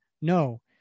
No